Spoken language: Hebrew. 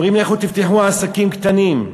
אומרים: לכו תפתחו עסקים קטנים.